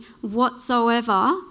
whatsoever